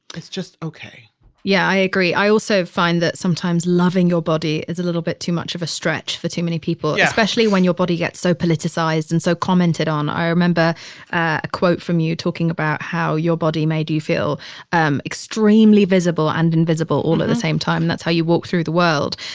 it's just okay yeah, i agree. i also find that sometimes loving your body is a little bit too much of a stretch for too many people, especially when your body gets so politicized and so commented on. i remember a quote from you talking about how your body made you feel um extremely visible and invisible all at the same time. that's how you walk through the world.